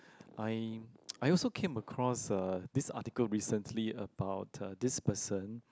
I I also came across uh this article recently about uh this person